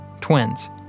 Twins